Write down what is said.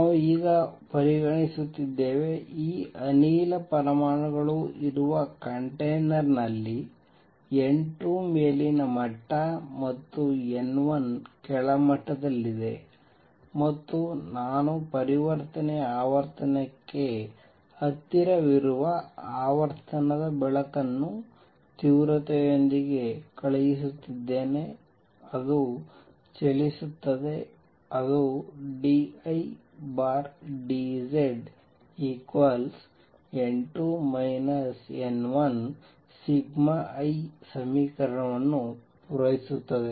ನಾವು ಈಗ ಪರಿಗಣಿಸುತ್ತಿದ್ದೇವೆ ಈ ಅನಿಲ ಪರಮಾಣುಗಳು ಇರುವ ಕಂಟೇನರ್ ನಲ್ಲಿ n 2 ಮೇಲಿನ ಮಟ್ಟ ಮತ್ತು n 1 ಕೆಳಮಟ್ಟದಲ್ಲಿದೆ ಮತ್ತು ನಾನು ಪರಿವರ್ತನೆಯ ಆವರ್ತನಕ್ಕೆ ಹತ್ತಿರವಿರುವ ಆವರ್ತನದ ಬೆಳಕನ್ನು ತೀವ್ರತೆಯೊಂದಿಗೆ ಕಳುಹಿಸುತ್ತಿದ್ದೇನೆ ಅದು ಚಲಿಸುತ್ತದೆ ಅದು d I d Z n2 n1σI ಸಮೀಕರಣವನ್ನು ಪೂರೈಸುತ್ತದೆ